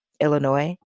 Illinois